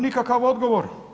Nikakav odgovor.